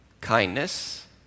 Kindness